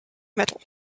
metal